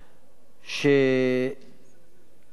שאני גאה,